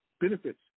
benefits